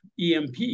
EMP